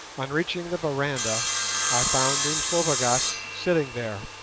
on reaching the veranda i found umslopogaas sitting there,